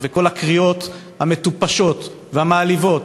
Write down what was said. תודה רבה, אדוני.